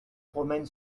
promène